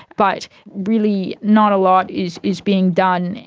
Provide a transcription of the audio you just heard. but really not a lot is is being done.